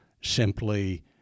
simply